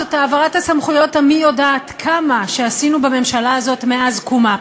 זאת העברת הסמכויות המי-יודעת-כמה שעשינו בממשלה הזאת מאז קומה.